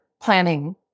planning